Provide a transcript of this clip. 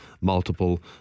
multiple